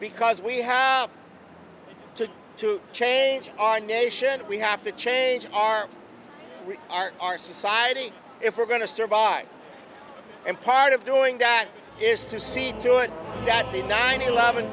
because we have to to change our nation we have to change our our our society if we're going to survive and part of doing that is to see to it that the nine eleven